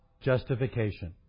justification